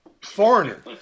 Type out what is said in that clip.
Foreigner